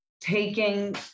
taking